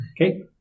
Okay